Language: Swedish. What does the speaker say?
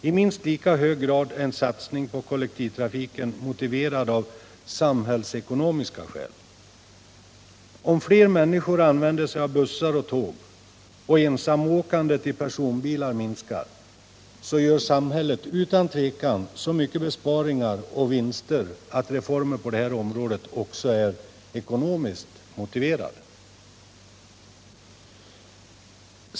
I minst lika hög grad är en satsning på kollektivtrafiken motiverad av samhällsekonomiska skäl. Om fler människor använder sig av bussar och tåg och ensamåkandet i personbilar minskar, så gör samhället utan tvivel så stora besparingar och vinster att reformer på det här området också är ekonomiskt motiverade.